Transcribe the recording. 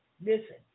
Listen